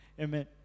amen